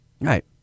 right